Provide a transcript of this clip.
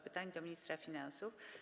Pytanie do ministra finansów.